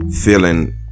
feeling